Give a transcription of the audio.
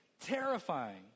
terrifying